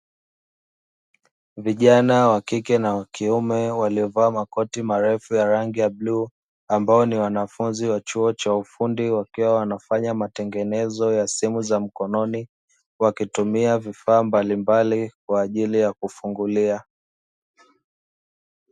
Vijana wa kike na wa kiume waliovaa makoti marefu ya rangi ya bluu, ambao ni wanafunzi wa chuo cha ufundi wakiwa wanafanya matengenezo ya simu za mkononi, wakitumia vifaa mbalimbali kwa ajili ya kufungulia.